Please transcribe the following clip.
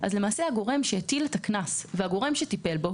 הגורם שהטיל את הקנס והגורם שטיפל בו,